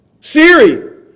Siri